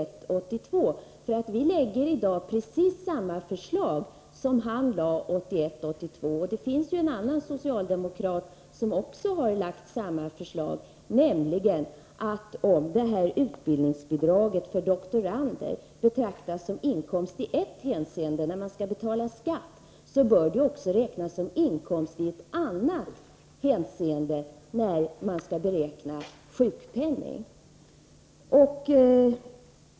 Vi lägger nämligen i dag fram precis samma förslag som Olof Palme lade fram 1981/82. Det finns ju också en annan socialdemokrat som har föreslagit detsamma och framhållit att om utbildningsbidraget för doktorander betraktas som inkomst i ett hänseende, när man skall betala skatt, så bör det också räknas som inkomst i ett annat hänseende, när man skall beräkna sjukpenningen.